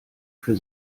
für